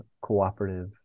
cooperative